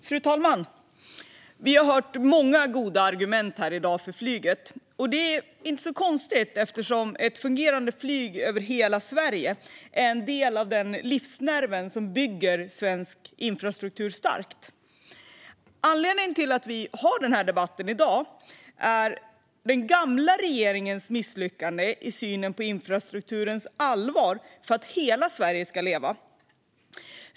Fru talman! Vi har hört många goda argument för flyget här i dag. Det är inte så konstigt, eftersom ett fungerande flyg över hela Sverige är en del av livsnerven som bygger svensk infrastruktur stark. Anledningen till att vi har den här debatten i dag är den gamla regeringens misslyckande i synen på infrastrukturens allvar för att hela Sverige ska leva.